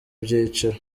byiciro